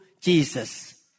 Jesus